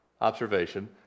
observation